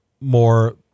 more